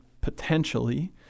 potentially